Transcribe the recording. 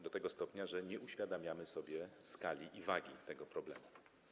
Do tego stopnia, że nie uświadamiamy sobie skali i wagi tego problemu.